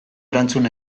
erantzun